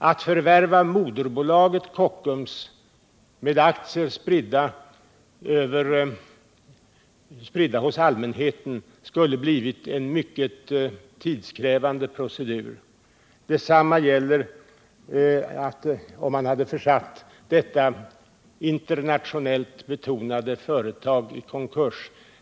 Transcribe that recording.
Att förvärva moderbolaget Kockums, med aktier spridda hos allmänheten, skulle ha blivit en mycket tidskrävande procedur. Detsamma hade varit fallet om man hade försatt detta internationellt betonade företag i konkurs.